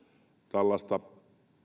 tällaista